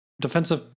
defensive